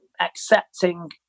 accepting